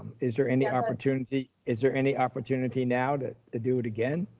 is there any opportunity, is there any opportunity now to to do it again?